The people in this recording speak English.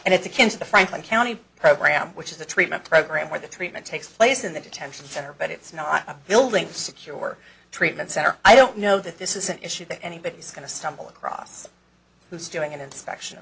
and it's against the franklin county program which is the treatment program where the treatment takes place in the detention center but it's not building secure treatment center i don't know that this is an issue that anybody's going to stumble across who's doing an inspection